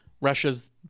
Russia's